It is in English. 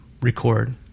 record